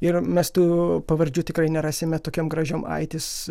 ir mes tų pavardžių tikrai nerasime tokiam gražiam aitis